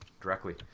directly